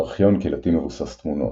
ארכיון קהילתי מבוסס תמונות,